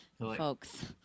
Folks